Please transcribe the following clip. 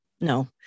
no